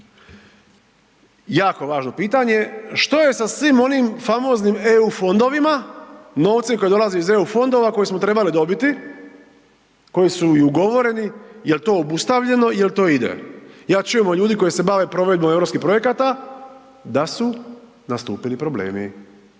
jako važno pitanje. Što je sa svim onim famoznim EU fondovima, novcem koji dolazi iz EU fondova, koji smo trebali dobiti, koji su i ugovoreni, jel to obustavljeno, jel to ide? Ja čujem od ljudi koji se bave provedbom Europskih projekata da su nastupili problemi.